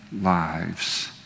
lives